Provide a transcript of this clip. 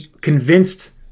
convinced